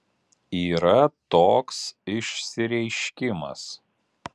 yra toks išsireiškimas